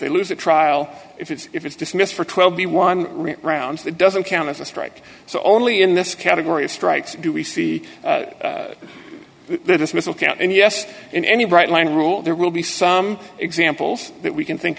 they lose a trial if it's if it's dismissed for twelve b one round it doesn't count as a strike so only in this category of strikes do we see the dismissal count and yes in any bright line rule there will be some examples that we can think